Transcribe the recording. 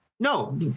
No